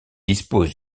dispose